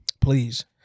Please